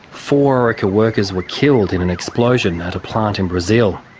four orica workers were killed in an explosion at a plant in brazil.